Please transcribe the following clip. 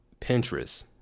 Pinterest